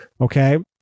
okay